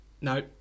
No